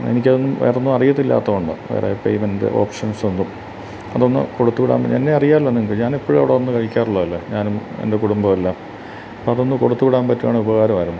എനിക്കതൊന്നും വേറൊന്നുമറിയത്തില്ലാത്തതുകൊണ്ടാണ് വേറെ പേമെൻ്റോപ്ഷൻസൊന്നും അതൊന്നു കൊടുത്തുവിടാ എന്നെ അറിയാമല്ലോ നിങ്ങള്ക്ക് ഞാനെപ്പോഴും അവിടെ വന്നുകഴിക്കാറുള്ളതല്ലേ ഞാനും എൻ്റെ കുടുംബവുമെല്ലാം അപ്പോള് അതൊന്ന് കൊടുത്തുവിടാമ്പറ്റുവാണേലുപകാരമായിരുന്നു